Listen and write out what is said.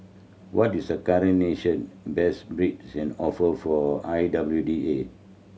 what is the current national best bid and offer for I W D A